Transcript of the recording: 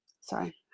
sorry